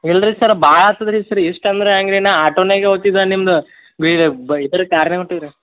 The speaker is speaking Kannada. ಇಲ್ಲ ರೀ ಸರ್ ಭಾಳ ಆಗ್ತದ್ ರೀ ಸರ್ ಇಷ್ಟು ಅಂದ್ರೆ ಹೆಂಗ್ ರೀ ನಾನು ಆಟೋನಾಗೇ ಹೋತಿದ್ವಿ ನಿಮ್ದು ಇದ್ರ ಕಾರ್ನ್ಯಾಗೇ ಹೋತಿದ್ವಿ